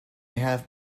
have